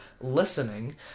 listening